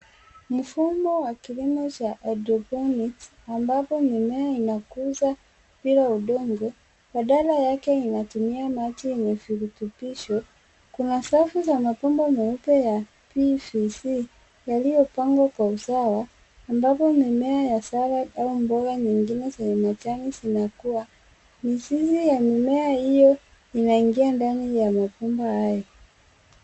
Mfumo wa kilimo cha haidroponik ambapo mimea inakuza bila udongo badala yake inatumia maji yenye virutubisho , kuna safu za mabomba meupe ya pvc yaliyopangwa kwa usawa ambapo mimea ya sala au mboga nyingine zenye majani zinakuwa mizizi ya mimea hiyo inaingia ndani ya mabomba hayo.